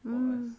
hmm